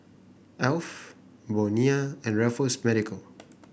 Alf Bonia and Raffles Medical